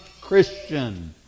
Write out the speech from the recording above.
Christian